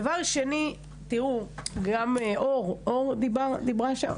דבר שני, מאי דיברה.